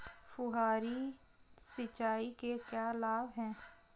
फुहारी सिंचाई के क्या लाभ हैं?